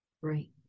Right